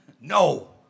no